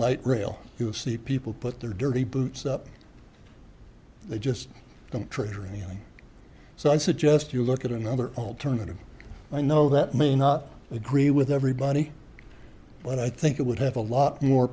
light rail you'll see people put their dirty boots up they just don't treasury so i suggest you look at another alternative i know that may not agree with everybody but i think it would have a lot more